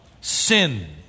sin